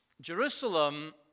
Jerusalem